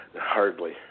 Hardly